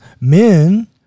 men